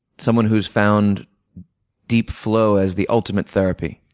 someone who's found deep flow as the ultimate therapy.